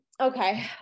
okay